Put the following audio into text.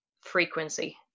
frequency